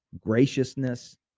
graciousness